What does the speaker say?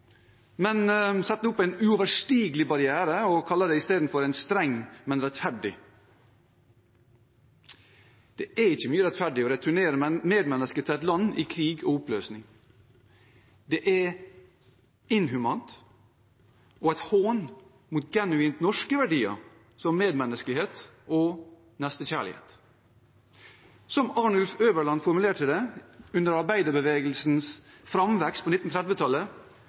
men de setter opp en uoverstigelig barriere og kaller det istedenfor en streng, men rettferdig politikk. Det er ikke mye rettferdig å returnere medmennesker til et land i krig og oppløsning. Det er inhumant og en hån mot genuint norske verdier som medmenneskelighet og nestekjærlighet. Som Arnulf Øverland formulerte det under arbeiderbevegelsens framvekst på